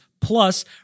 plus